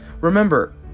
Remember